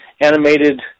animated